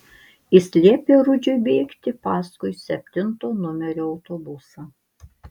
jis liepė rudžiui bėgti paskui septinto numerio autobusą